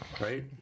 right